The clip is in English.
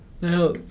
Now